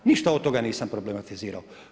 Ništa od toga nisam problematizirao.